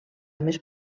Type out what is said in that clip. més